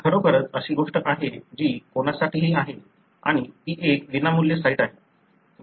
ही खरोखरच अशी गोष्ट आहे जी कोणासाठीही आहे आणि ती एक विनामूल्य साइट आहे